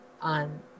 on